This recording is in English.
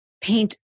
paint